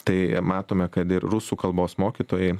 tai matome kad ir rusų kalbos mokytojai